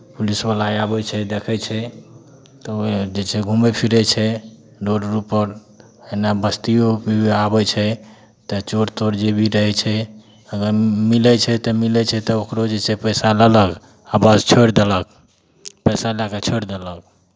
पुलिसवला आबै छै देखै छै तऽ ओ जे छै घूमै फिरै छै रोड उडपर एना बस्तिओ आबै छै तऽ चोर तोर जे भी रहै छै अगर मिलै छै तऽ मिलै छै तऽ ओकरो जे छै पैसा लेलक आ बस छोड़ि देलक पैसा लऽ कऽ छोड़ि देलक